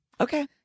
Okay